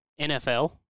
NFL